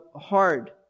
hard